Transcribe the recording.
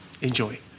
enjoy